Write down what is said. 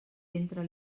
entra